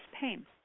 pain